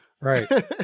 Right